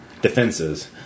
defenses